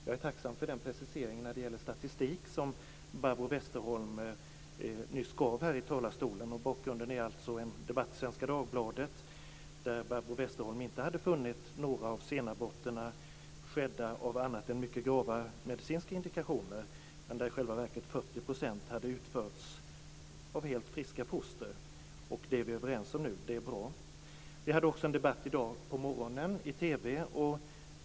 Jag är tacksam för preciseringen när det gäller statistik som Barbro Westerholm nyss gav här i talarstolen. Bakgrunden är en debatt i Svenska Dagbladet där Barbro Westerholm inte hade funnit att några av de sena aborterna skett av annat än mycket grava medicinska indikationer men där i själva verket 40 % hade utförts på helt friska foster. Det är vi överens om nu, och det är bra. Vi hade också en debatt i dag på morgonen i TV.